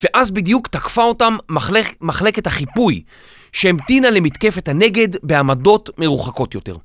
ואז בדיוק תקפה אותם מחלקת החיפוי שהמתינה למתקפת הנגד בעמדות מרוחקות יותר.